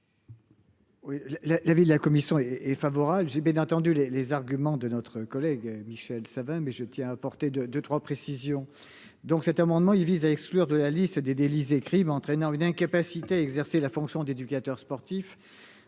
la ville de la commission et est favorable JB. Les les arguments de notre collègue Michel Savin. Mais je tiens à apporter de deux 3 précisions donc cet amendement il vise à exclure de la liste des délits écrivent entraînant une incapacité exercer la fonction d'éducateur sportif